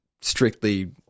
strictly